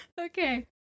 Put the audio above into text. Okay